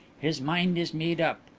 his mind is made up.